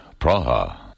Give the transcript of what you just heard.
Praha